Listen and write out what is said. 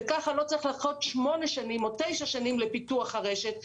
וככה לא צריך לחכות שמונה שנים או תשע שנים לפיתוח הרשת,